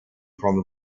from